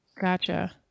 Gotcha